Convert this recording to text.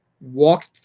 walked